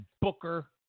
Booker